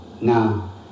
Now